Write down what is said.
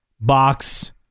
box